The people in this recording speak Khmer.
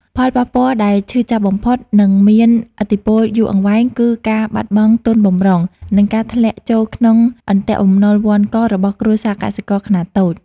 ផលប៉ះពាល់ដែលឈឺចាប់បំផុត និងមានឥទ្ធិពលយូរអង្វែង គឺការបាត់បង់ទុនបម្រុង និងការធ្លាក់ចូលក្នុងអន្ទាក់បំណុលវណ្ឌករបស់គ្រួសារកសិករខ្នាតតូច។